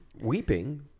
weeping